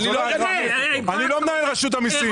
אני לא מנהל רשות המיסים.